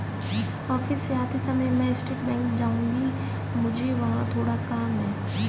office से आते समय मैं स्टेट बैंक जाऊँगी, मुझे वहाँ थोड़ा काम है